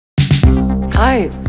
Hi